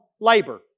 labor